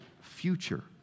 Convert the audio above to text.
future